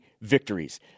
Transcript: victories